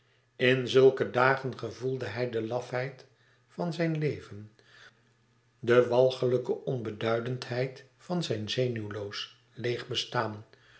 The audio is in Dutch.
in zulke dagen gevoelde hij de lafheid van zijn leven de walgelijke onbeduidendheid van zijn zenuwloos leêg bestaan